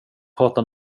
prata